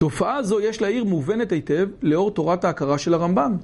תופעה זו יש להעיר מובנת היטב לאור תורת ההכרה של הרמב״ם.